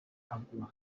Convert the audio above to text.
agwa